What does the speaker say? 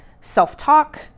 self-talk